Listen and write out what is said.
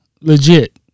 legit